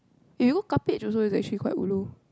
you know Khatib is also quite ulu